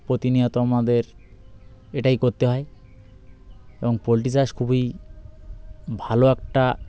প্রতিনিয়ত আমাদের এটাই করতে হয় এবং পোল্ট্রি চাষ খুবই ভালো একটা